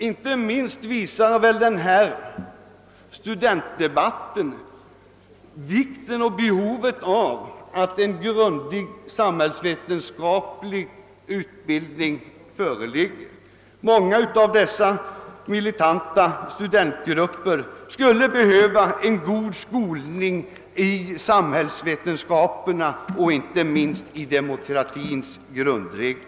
Inte minst visar studentdebatten behovet av en grundlig samhällsvetenskaplig utbildning. Många inom dessa militanta studentgrupper skulle behöva en god skolning i samhällsvetenskaperna och inte minst om demokratins grundregler.